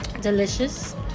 Delicious